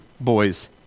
boys